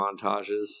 montages